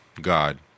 God